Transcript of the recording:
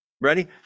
Ready